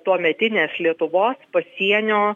tuometinės lietuvos pasienio